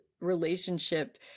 relationship